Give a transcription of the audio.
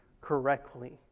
correctly